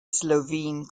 slovene